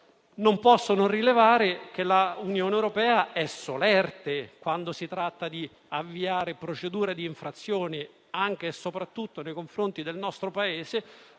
Non posso non rilevare che l'Unione europea è solerte quando si tratta di avviare procedure di infrazione anche e soprattutto nei confronti del nostro Paese.